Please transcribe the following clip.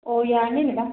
ꯑꯣ ꯌꯥꯔꯅꯤ ꯃꯦꯗꯥꯝ